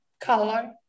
color